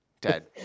Ted